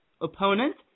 opponent